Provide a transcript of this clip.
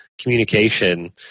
communication